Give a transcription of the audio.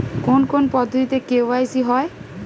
কোন কোন পদ্ধতিতে কে.ওয়াই.সি হয়?